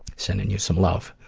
sending you some love.